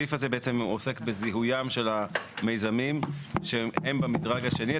הסעיף הזה בעצם עוסק בזיהויים של המיזמים שהם במדרג השני.